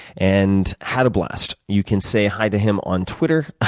and had a blast. you can say hi to him on twitter.